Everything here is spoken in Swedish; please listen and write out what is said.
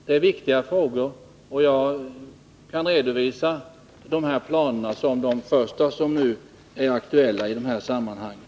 Det är viktiga frågor, och jag kan nu redovisa de här planerna såsom de första som är aktuella i sammanhanget.